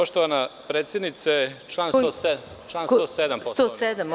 Poštovana predsednice, član 107.